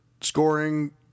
Scoring